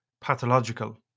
pathological